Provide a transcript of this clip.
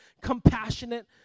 compassionate